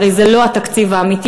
הרי זה לא התקציב האמיתי.